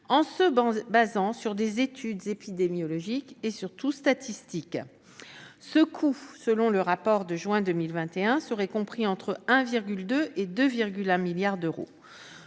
en se fondant sur des études épidémiologiques et, surtout, statistiques. Ce coût, selon le rapport de juin 2021, serait compris entre 1,2 et 2,1 milliards d'euros.